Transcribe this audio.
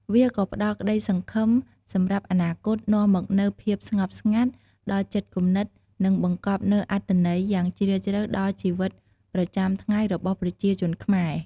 វាក៏ផ្តល់ក្តីសង្ឃឹមសម្រាប់អនាគត នាំមកនូវ ភាពស្ងប់ស្ងាត់ ដល់ចិត្តគំនិត និងបង្កប់នូវ អត្ថន័យ យ៉ាងជ្រាលជ្រៅដល់ជីវិតប្រចាំថ្ងៃរបស់ប្រជាជនខ្មែរ។